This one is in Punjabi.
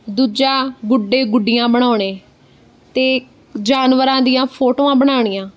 ਦੂਜਾ ਗੁੱਡੇ ਗੁੱਡੀਆਂ ਬਣਾਉਣੇ ਅਤੇ ਜਾਨਵਰਾਂ ਦੀਆਂ ਫੋਟੋਆਂ ਬਣਾਉਣੀਆਂ